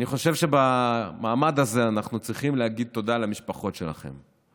אני חושב שבמעמד הזה אנחנו צריכים להגיד תודה למשפחות שלכם,